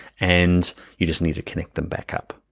and you just need to connect them back up.